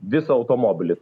visą automobilį